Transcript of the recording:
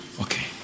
Okay